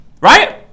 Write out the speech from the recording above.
right